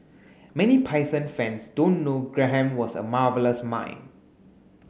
many Python fans don't know Graham was a marvellous mime